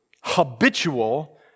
habitual